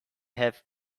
have